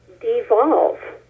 devolve